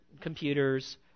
computers